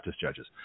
judges